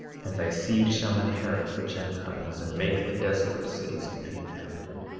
and thy seed shall inherit the gentiles and make the desolate cities to be inhabited.